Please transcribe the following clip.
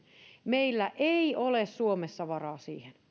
meillä ei ole suomessa varaa siihen